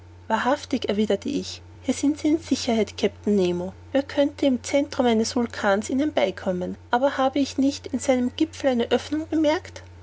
wahrhaftig erwiderte ich hier sind sie in sicherheit kapitän nemo wer könnte im centrum eines vulkans ihnen beikommen aber habe ich nicht in seinem gipfel eine oeffnung bemerkt